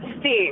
Steve